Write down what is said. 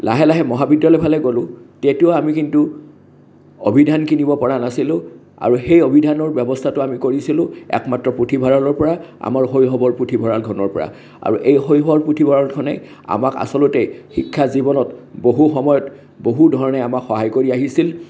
লাহে লাহে মহাবিদ্যালয়ৰ ফালে গ'লো তেতিয়াও আমি কিন্তু অভিধান কিনিব পৰা নাছিলোঁ আৰু সেই অভিধানৰ ব্যৱস্থাটো আমি কৰিছিলোঁ একমাত্ৰ পুথিভঁৰালৰ পৰা আমাৰ শৈশৱৰ পুথিভঁৰালখনৰ পৰা আৰু এই শৈশৱৰ পুথিভঁৰালখনেই আমাক আচলতে শিক্ষা জীৱনত বহু সময়ত বহু ধৰণে আমাক সহায় কৰি আহিছিল